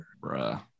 Bruh